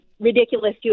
ridiculous